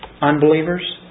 unbelievers